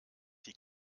die